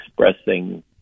expressing